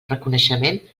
reconeixement